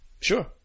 Sure